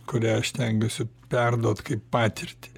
kurią aš stengiuosi perduot kaip patirtį